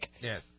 Yes